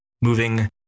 moving